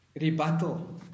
rebuttal